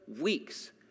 weeks